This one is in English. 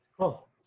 Cool